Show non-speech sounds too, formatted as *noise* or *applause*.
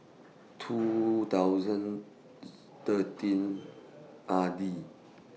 two thousand *noise* thirteen R D